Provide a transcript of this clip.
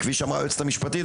וכפי שאמרה היועצת המשפטית,